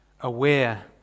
aware